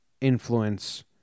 influence